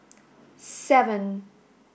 seven